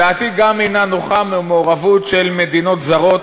דעתי גם אינה נוחה מהמעורבות של מדינות זרות